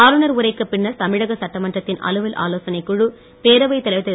ஆளுநர் உரைக்கு பின்னர் தமிழக சட்டமன்றத்தின் அலுவல் ஆலோசனை குழு பேரவைத் தலைவர் திரு